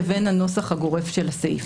לבין הנוסח הגורף של הסעיף.